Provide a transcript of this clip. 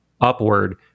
upward